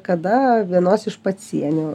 kada vienos iš pacienių